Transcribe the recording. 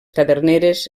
caderneres